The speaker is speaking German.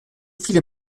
viele